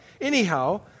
Anyhow